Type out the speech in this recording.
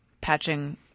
Patching